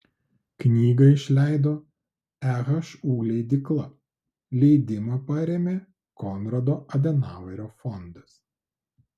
knygą išleido ehu leidykla leidimą parėmė konrado adenauerio fondas